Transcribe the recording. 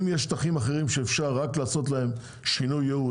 אם יש שטחים אחרים שאפשר רק לעשות שינוי ייעוד,